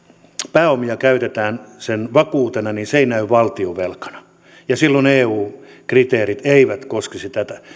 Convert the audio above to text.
pääomia käytetään sen vakuutena niin se ei näy valtionvelkana ja silloin eu kriteerit eivät koskisi tätä